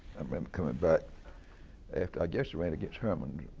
i remember coming back after i guess he ran against herman,